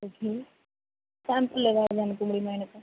okay sample எதாவது அனுப்ப முடியுமா எனக்கு